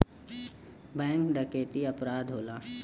bank डकैती अपराध होला